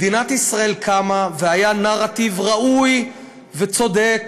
מדינת ישראל קמה, והיה נרטיב ראוי וצודק